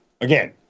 Again